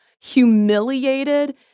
humiliated